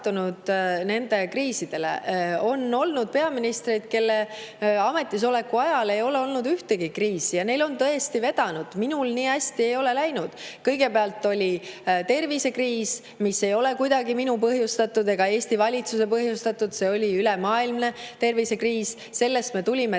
nende kriiside aega. On olnud peaministreid, kelle ametis oleku ajal ei ole olnud ühtegi kriisi, neil on tõesti vedanud. Minul nii hästi ei ole läinud. Kõigepealt oli tervisekriis, mis ei ole kuidagi minu põhjustatud ega Eesti valitsuse põhjustatud. See oli ülemaailmne tervisekriis. Sellest me tulime tegelikult